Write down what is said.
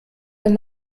wenn